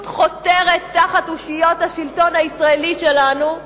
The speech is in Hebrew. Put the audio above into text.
חותרת תחת אושיות השלטון הישראלי שלנו,